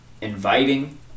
inviting